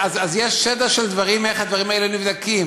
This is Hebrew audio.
אז יש סדר של דברים, איך הדברים האלה נבדקים.